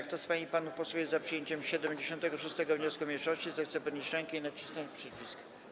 Kto z pań i panów posłów jest za przyjęciem 76. wniosku mniejszości, zechce podnieść rękę i nacisnąć przycisk.